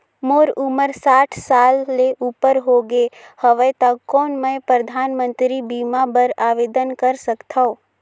मोर उमर साठ साल ले उपर हो गे हवय त कौन मैं परधानमंतरी बीमा बर आवेदन कर सकथव?